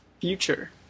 Future